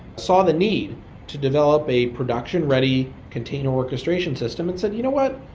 saw the need to develop a production-ready container orchestration system and said, you know what?